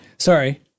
Sorry